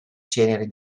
ceneri